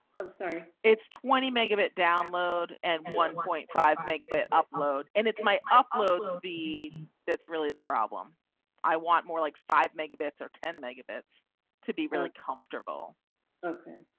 i'm sorry. it's twenty megabit download at one point five megabit upload and it's my uploads be that's really the problem i want more like five megabits or ten megabits to be really comfortable okay.